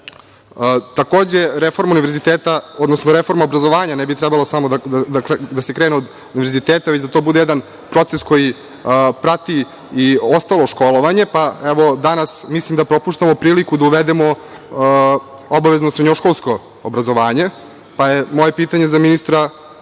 život. Takođe, reforma univerziteta, odnosno reforma obrazovanja ne bi trebalo samo da se krene od univerziteta, već to da bude jedan proces koji prati i ostalo školovanje. Pa, evo, danas mislim da propuštamo priliku da uvedemo obavezno srednjoškolsko obrazovanje. Pa je moje pitanje za ministra